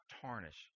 tarnish